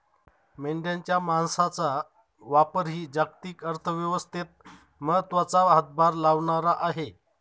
मेंढ्यांच्या मांसाचा व्यापारही जागतिक अर्थव्यवस्थेत महत्त्वाचा हातभार लावणारा आहे